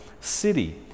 city